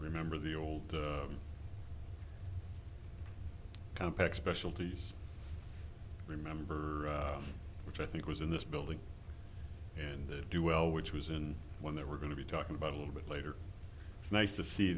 remember the old compaq specialities remember which i think was in this building and the do well which was in when they were going to be talking about a little bit later it's nice to see